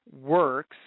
works